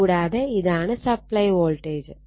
കൂടാതെ ഇതാണ് supply voltage